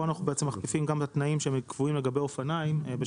כשהתנאים המנויים בפסקאות משנה (ב)(1)-(3)